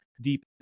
Deep